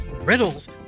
riddles